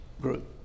group